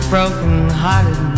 broken-hearted